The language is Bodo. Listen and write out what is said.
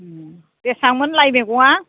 बेसेबांमोनलाय मैगङा